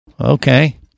Okay